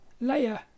layer